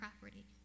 property